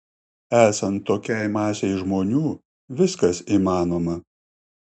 esant tokiai masei žmonių viskas įmanoma